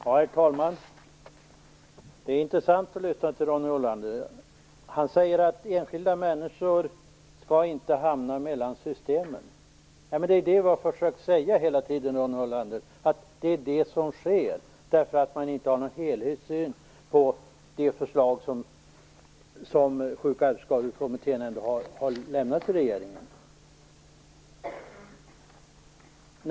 Herr talman! Det är intressant att lyssna till Ronny Olander. Han säger att enskilda människor inte skall hamna mellan systemen. Vi har hela tiden försökt säga att det är det som sker, därför att man inte har någon helhetssyn på de förslag som Sjuk och arbetsskadekommittén ändå har lämnat till regeringen.